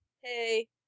hey